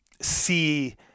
see